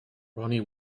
ronnie